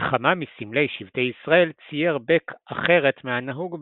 בכמה מסמלי שבטי ישראל צייר בק אחרת מהנהוג בהם.